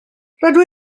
rydw